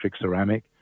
ceramic